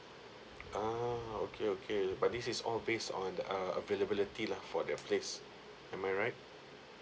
ah okay okay but this is all based on the uh availability lah for their place am I right